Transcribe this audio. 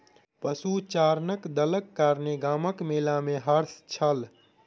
पशुचारणक दलक कारणेँ गामक मेला में हर्ष छल